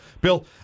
bill